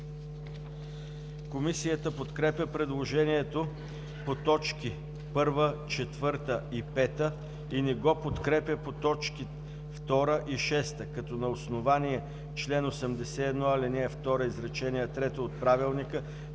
Комисията подкрепя предложението по т. 1, 4 и 5 и не го подкрепя по т. 2 и 6, като на основание чл. 81, ал. 2, изречение трето от Правилника